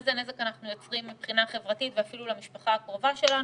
איזה נזק אנחנו יוצרים מבחינה חברתית ואפילו למשפחה הקרובה שלנו.